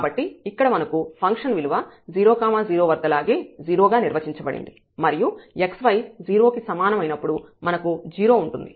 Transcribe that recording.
కాబట్టి ఇక్కడ మనకు ఫంక్షన్ విలువ 0 0 వద్ద లాగే 0 గా నిర్వచించబడింది మరియు xy 0 కి సమానం అయినప్పుడు మనకు 0 ఉంటుంది